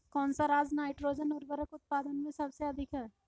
कौन सा राज नाइट्रोजन उर्वरक उत्पादन में सबसे अधिक है?